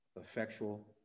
Effectual